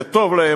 זה טוב להם,